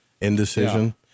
Indecision